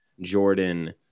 Jordan